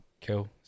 kill